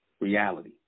reality